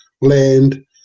land